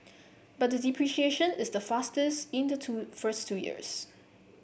but the depreciation is the fastest in the two first two years